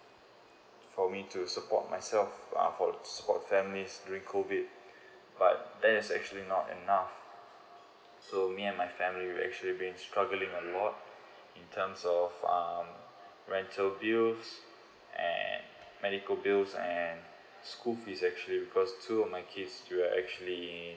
for me to support myself uh for for families during COVID but there's actually not enough so me and my family we actually been struggling a lot in terms of um rental bills and medical bills and school fee actually because two of my kid who are actually